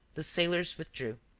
the sailors withdrew.